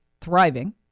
thriving